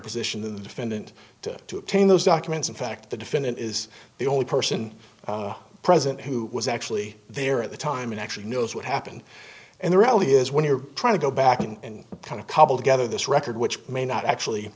position than the defendant to to obtain those documents in fact the defendant is the only person present who was actually there at the time and actually knows what happened and the reality is when you're trying to go back and kind of cobble together this record which may not actually